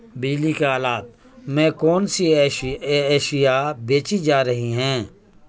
بجلی کے آلات میں کون سی ایسی اشیاء بیچی جا رہی ہیں